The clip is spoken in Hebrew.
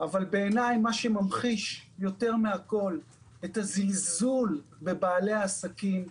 אבל בעיניי מה שממחיש יותר מכל את הזלזול בבעלי העסקים,